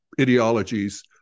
ideologies